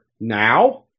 Now